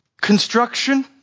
Construction